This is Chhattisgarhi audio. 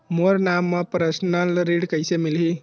मोर नाम म परसनल ऋण कइसे मिलही?